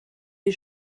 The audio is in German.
wie